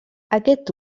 aquest